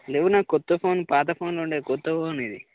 లేవు నాకు కొత్త ఫోన్ పాత ఫోన్లో ఉండేవి కొత్త ఫోన్ ఇది